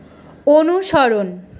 অনুসরণ